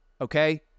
okay